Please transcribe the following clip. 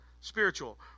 Spiritual